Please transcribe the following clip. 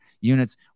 units